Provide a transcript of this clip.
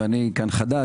ואני חדש,